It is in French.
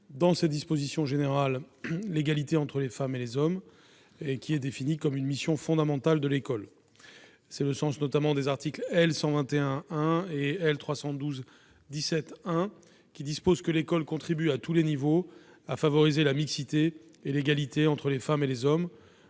dans ses dispositions générales, l'égalité entre les femmes et les hommes comme une mission fondamentale de l'école. C'est le sens notamment des articles L. 121-1 et L. 312-17-1, qui disposent que l'école contribue, à tous les niveaux, à favoriser la mixité et l'égalité entre les hommes et les femmes,